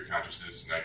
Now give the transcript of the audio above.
consciousness